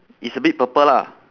it's a bit purple lah